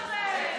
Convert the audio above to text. שבי בבקשה במקומך.